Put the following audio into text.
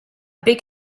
beg